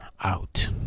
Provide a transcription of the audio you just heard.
out